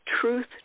truth